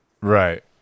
Right